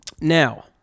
Now